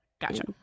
Gotcha